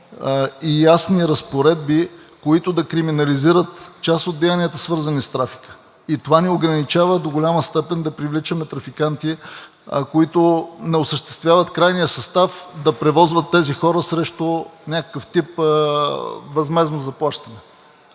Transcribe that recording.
ясни разпоредби, които да криминализират част от деянията, свързани с трафика. Това ни ограничава до голяма степен да привличаме трафиканти, които не осъществяват крайния състав да превозват тези хора срещу някакъв тип възмездно заплащане.